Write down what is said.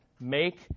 Make